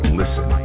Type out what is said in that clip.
listen